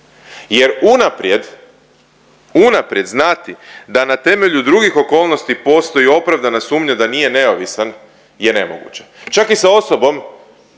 jer unaprijed, unaprijed znati da na temelju drugih okolnosti postoji opravdana sumnja da nije neovisan je nemoguće. Čak i sa osobom